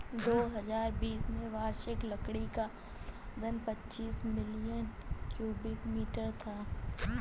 दो हजार बीस में वार्षिक लकड़ी का उत्पादन पचासी मिलियन क्यूबिक मीटर था